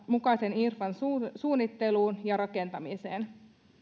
mukaisen infran suunnitteluun ja rakentamiseen